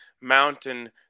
Mountain